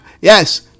yes